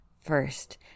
first